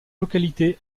localité